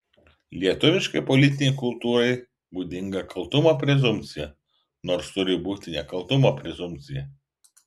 lietuviškai politinei kultūrai būdinga kaltumo prezumpcija nors turi būti nekaltumo prezumpcija